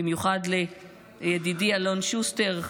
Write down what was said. ובמיוחד לידידי אלון שוסטר,